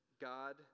God